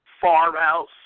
farmhouse